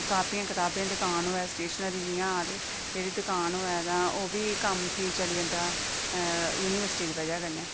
कापिएं कताबें दी दकान होऐ स्टेशनरी जि'यां आखदे एह्दी दकान होऐ तां ओह् बी कम्म ठीक चली जंदा युनिवर्सिटी दी वजह् कन्नै